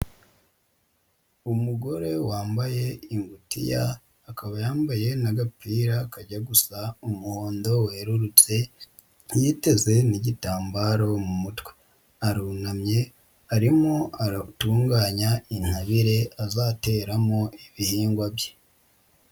Umugore wambaye ingutiya, akaba yambaye n'agapira kajya gusa umuhondo werurutse yiteze n'igitambaro mu mutwe, arunamye arimo aratunganya intabire azateramo ibihingwa bye.